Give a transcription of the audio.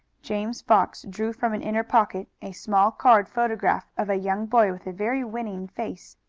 james fox drew from an inner pocket a small card photograph of a young boy with a very winning face.